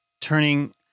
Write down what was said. turning